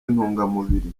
intungamubiri